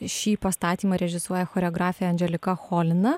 šį pastatymą režisuoja choreografė andželika cholina